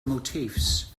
motifs